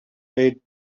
played